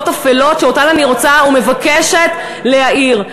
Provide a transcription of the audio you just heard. אפלות שאותן אני רוצה ומבקשת להאיר.